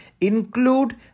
include